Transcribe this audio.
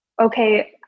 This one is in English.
okay